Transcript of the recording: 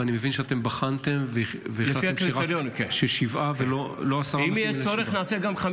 ואני מבין שאתם בחנתם והחלטתם ששבעה ולא עשרה?